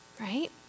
Right